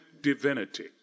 divinity